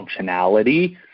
functionality